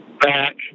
back